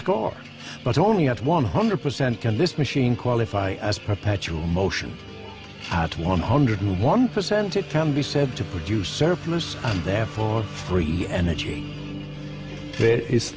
score but only at one hundred percent can this machine qualify as perpetual motion at one hundred ninety one percent it can be said to produce surplus and therefore free energy